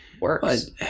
works